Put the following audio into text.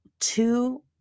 two